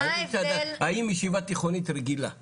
האם ישיבה תיכונית רגילה בסדר?